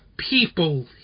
People